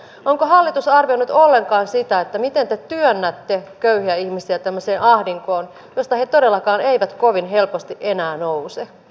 onko hallitus arvioinut ollenkaan sitä miten te työnnätte köyhiä ihmisiä tämmöiseen ahdinkoon josta he todellakaan eivät kovin helposti enää nouse